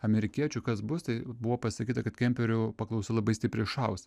amerikiečių kas bus tai buvo pasakyta kad kemperių paklausa labai stipriai šaus